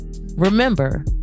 Remember